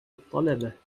الطلبة